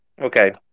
Okay